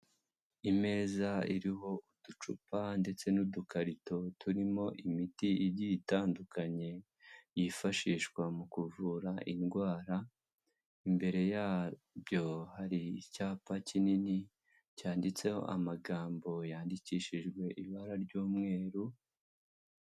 Imeza iriho uducupa ndetse n'udukarito turimo imiti igiye itandukanye yifashishwa mu kuvura indwara, imbere yabyo hari icyapa kinini cyanditseho amagambo yandikishijwe ibara ry'umweru.